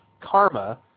karma